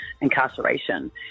incarceration